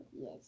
Yes